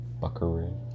Buckaroo